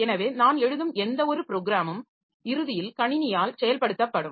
எனவே நான் எழுதும் எந்தவொரு ப்ரோக்ராமும் இறுதியில் கணினியால் செயல்படுத்தப்படும்